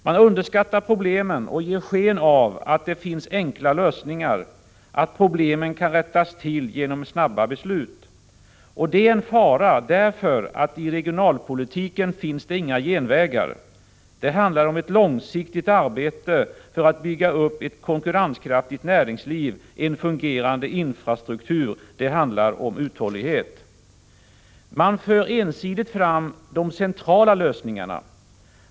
Man underskattar problemen och ger sken av att det finns enkla lösningar, att problemen kan rättas till genom snabba beslut. Det är en fara, därför att i regionalpolitiken finns det inga genvägar; det handlar om ett långsiktigt arbete för att bygga upp ett konkurrenskraftigt näringsliv, en fungerande infrastruktur; det handlar om uthållighet. Man för ensidigt fram de centrala lösningarna.